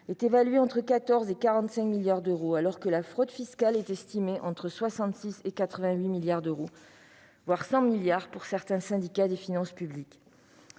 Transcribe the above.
est évaluée entre 14 et 45 milliards d'euros, alors que la fraude fiscale est estimée entre 66 et 88 milliards d'euros, voire 100 milliards d'euros pour certains syndicats des finances publiques.